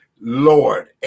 Lord